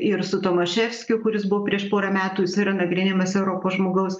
ir su tomaševskiu kuris buvo prieš porą metų jis yra nagrinėjamas europos žmogaus